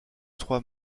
trois